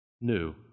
new